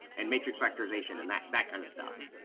and matrix factorization, and that that kind of stuff.